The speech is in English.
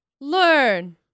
Learn